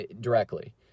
directly